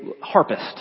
harpist